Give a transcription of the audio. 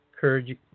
courage